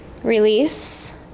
Release